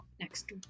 next